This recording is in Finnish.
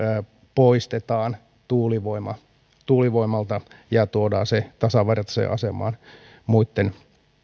poistetaan tuulivoimalta ja tuodaan tuulivoima tasavertaiseen asemaan muitten